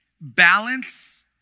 balance